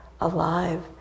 alive